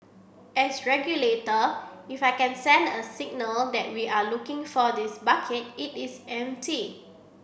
as regulator if I can send a signal that we are looking for this bucket it is empty